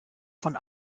von